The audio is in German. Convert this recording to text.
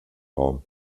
raum